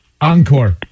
Encore